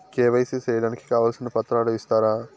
KYC సేయడానికి కావాల్సిన పత్రాలు ఇస్తారా?